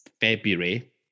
February